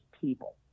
people